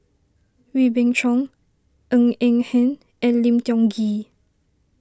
Wee Beng Chong Ng Eng Hen and Lim Tiong Ghee